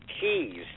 keys